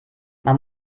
man